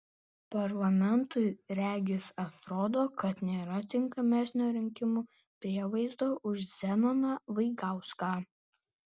parlamentui regis atrodo kad nėra tinkamesnio rinkimų prievaizdo už zenoną vaigauską